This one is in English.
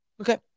Okay